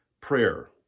Prayer